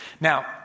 Now